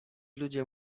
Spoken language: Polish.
ludzie